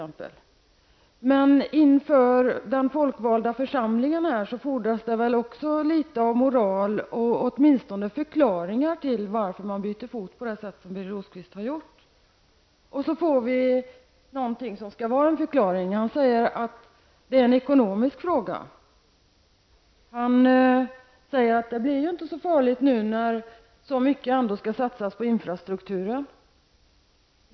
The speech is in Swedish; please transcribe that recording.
Men inför den folkvalda församlingen fordras det väl litet av moral och åtminstone förklaringar till varför man byter fot på det sätt som Birger Rosqvist har gjort. Sedan får vi något som skall vara en förklaring. Birger Rosqvist säger att det är en ekonomiskt fråga. Han säger att det inte blir så farligt när så mycket ändå skall satsas på infrastrukturen.